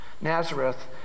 Nazareth